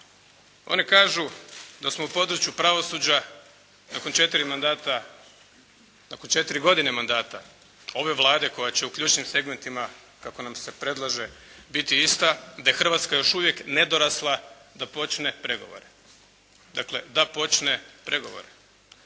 One kažu da smo u području pravosuđa nakon četiri mandata, nakon 4 godine mandata ove Vlade koja će u ključnim segmentima kako nam se predlaže biti ista, da je Hrvatska još uvijek nedorasla da počne pregovore. Dakle, da počne pregovore.